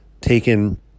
taken